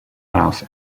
house